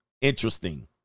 interesting